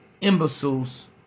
imbeciles